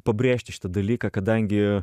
pabrėžti šitą dalyką kadangi